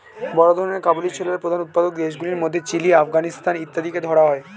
বড় ধরনের কাবুলি ছোলার প্রধান উৎপাদক দেশগুলির মধ্যে চিলি, আফগানিস্তান ইত্যাদিকে ধরা হয়